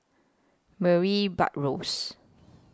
Murray Buttrose